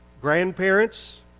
grandparents